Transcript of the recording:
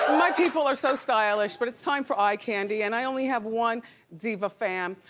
my people are so stylish but it's time for eye candy and i only have one diva fan.